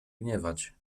gniewać